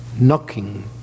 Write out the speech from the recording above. knocking